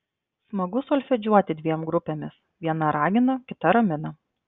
smagu solfedžiuoti dviem grupėmis viena ragina kita ramina